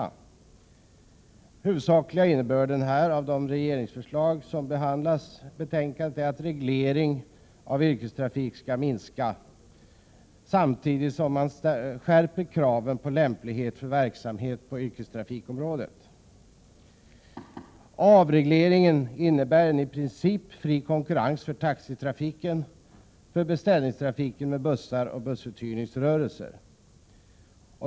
Den huvudsakliga innebörden av de regeringsförslag som behandlas i betänkandet är att regleringen av yrkestrafiken bör minska samtidigt som kraven på lämplighet för verksamhet på yrkestrafikområdet skärps.